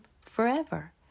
forever